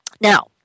Now